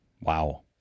Wow